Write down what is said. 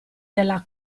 della